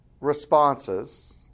responses